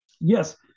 Yes